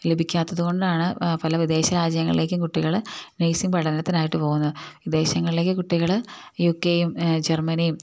ലഭിക്കാത്തതുകൊണ്ടാണ് പല വിദേശ രാജ്യങ്ങളിലേക്കും കുട്ടികള് നേഴ്സിംഗ് പഠനത്തിനായിട്ട് പോകുന്നത് വിദേശങ്ങളിലേക്ക് കുട്ടികള് യു കെ യും ജർമ്മനിയും